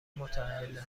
متاهل